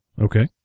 Okay